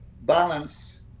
balance